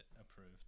approved